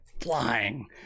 flying